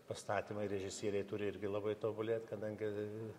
pastatymai režisieriai turi irgi labai tobulėt kadangi